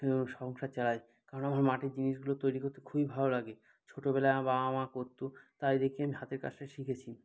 এইভাবে সংসার চালাই কারণ আমার মাটির জিনিসগুলো তৈরি করতে খুবই ভালো লাগে ছোটবেলায় আমার বাবা মা করত তাই দেখে আমি হাতের কাজটা শিখেছি